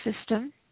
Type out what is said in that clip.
system